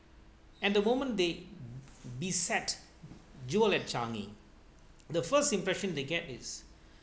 and the moment they beset jewel at changi the first impression they get is